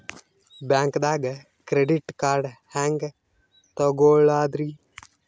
ಬ್ಯಾಂಕ್ದಾಗ credit card ಹೆಂಗ್ ತಗೊಳದ್ರಿ?